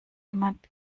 jemand